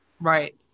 right